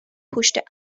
pushed